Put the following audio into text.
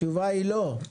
לא.